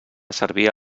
servia